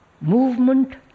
movement